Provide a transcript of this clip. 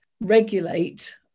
regulate